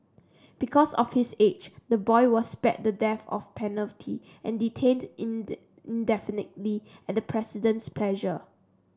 because of his age the boy was spared the death of penalty and detained indefinitely at the president's pleasure